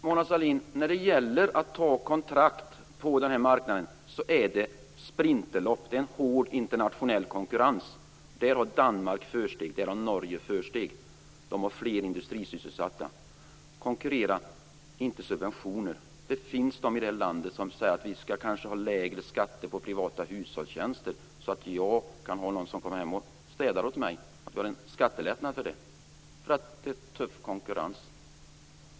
Fru talman! När det gäller att ta kontrakt på denna marknad, Mona Sahlin, är det sprinterlopp. Det är hård internationell konkurrens. Där har Danmark och Norge ett försteg. De har fler industrisysselsatta, konkurrens, inte subventioner. Det finns i det här landet de som säger att vi kanske skall ha lägre skatter på privata hushållstjänster så att jag kan ha någon som städar åt mig och kan få skattelättnad för det därför att det är en tuff konkurrens.